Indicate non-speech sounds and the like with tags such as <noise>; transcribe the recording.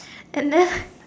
and then <laughs>